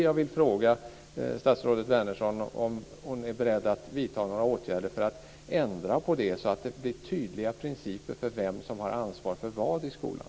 Jag vill fråga statsrådet Wärnersson om hon är beredd att vidta några åtgärder för att ändra på det så att det blir tydliga principer för vem som har ansvaret för vad i skolan.